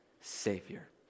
Savior